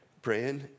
Praying